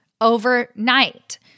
overnight